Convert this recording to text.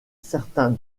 certain